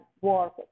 work